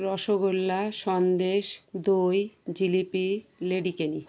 রসগোল্লা সন্দেশ দই জিলিপি লেডিকেনি